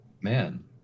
Man